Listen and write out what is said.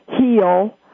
heal